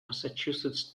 massachusetts